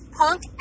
punk